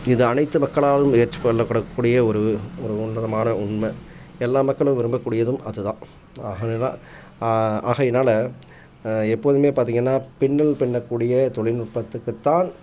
இது அனைத்தும் மக்களாலும் ஏற்றுக்கொள்ளக்கூடக் கூடிய ஒரு ஒரு உன்னதமான உண்மை எல்லா மக்களும் விரும்பக்கூடியதும் அதுதான் ஆகையினால் ஆகையினால் எப்போதுமே பார்த்திங்கன்னா பின்னல் பின்னக்கூடிய தொழில்நுட்பத்துக்குத் தான்